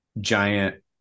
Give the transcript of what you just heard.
giant